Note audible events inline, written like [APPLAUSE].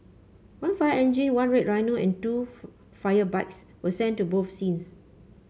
one fire engine one red rhino and two [UNINTELLIGIBLE] fire bikes were sent to both scenes